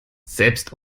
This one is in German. selbst